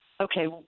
okay